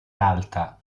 alta